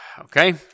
Okay